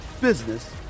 business